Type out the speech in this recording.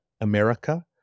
America